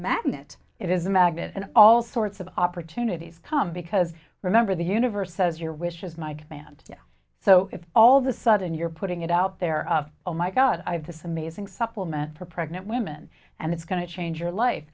magnet it is a magnet and all sorts of opportunities come because remember the universe says your wish is my command so if all the sudden you're putting it out there oh my god i have to some mazing supplement for pregnant women and it's going to change your life